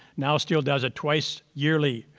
now still does it twice, yearly,